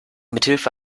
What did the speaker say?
mithilfe